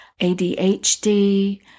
ADHD